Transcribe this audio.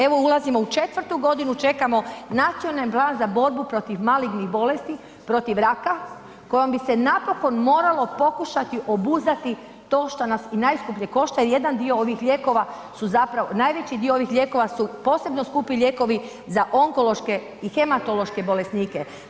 Evo, ulazimo u 4 godinu čekamo Nacionalni plan za borbu protiv malignih bolesti, protiv raka kojom bi se napokon moralo pokušati obuzdati to što nas i najskuplje košta jer jedan dio ovih lijekova su zapravo, najveći dio ovih lijekova su posebno skupi lijekovi za onkološke i hematološke bolesnike.